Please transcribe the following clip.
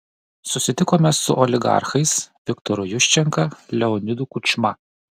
susitikome su oligarchais viktoru juščenka leonidu kučma